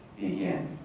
begin